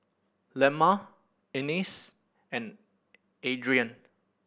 Lemma Ennis and Adrien